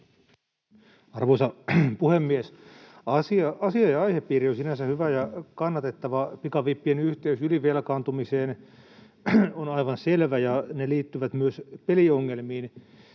Arvoisa puhemies! Asia ja aihepiiri ovat sinänsä hyviä ja kannatettavia. Pikavippien yhteys ylivelkaantumiseen on aivan selvä, ja ne liittyvät myös peliongelmiin